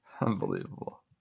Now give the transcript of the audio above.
unbelievable